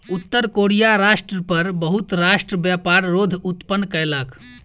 उत्तर कोरिया राष्ट्र पर बहुत राष्ट्र व्यापार रोध उत्पन्न कयलक